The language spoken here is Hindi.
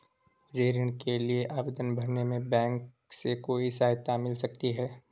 मुझे ऋण के लिए आवेदन भरने में बैंक से कोई सहायता मिल सकती है?